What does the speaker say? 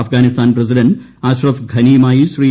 Afghanistan president Ashraf ഘനിയുമായി ശ്രീ